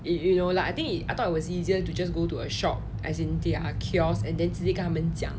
yo~ you know lah I think it I thought it was easier to just go to a shop as in their kiosk and then 直接跟他们讲